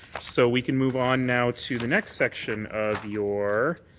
so we can move on now to the next section of your